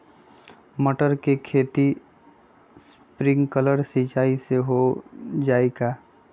मटर के खेती स्प्रिंकलर सिंचाई से हो जाई का?